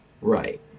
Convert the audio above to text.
Right